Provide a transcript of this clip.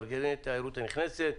מארגני התיירות הנכנסת,